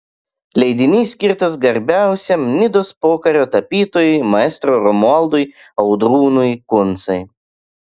leidinys skirtas garbiausiam nidos pokario tapytojui maestro romualdui audrūnui kuncai